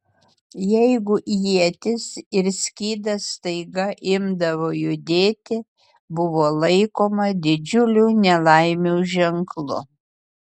jeigu ietis ir skydas staiga imdavo judėti buvo laikoma didžiulių nelaimių ženklu